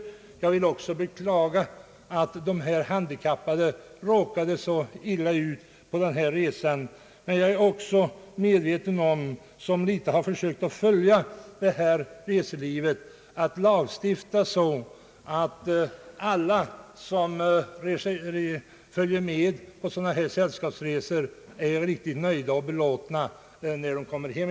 även jag vill beklaga att den grupp av handikappade, som herr Andreasson talade om, råkade så illa ut. Det är inte möjligt att skapa fullständiga garantier genom en lagstiftning på området för att alla som följer med sällskapsresor skall vara nöjda och belåtna när de kommer hem.